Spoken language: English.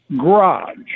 garage